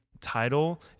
title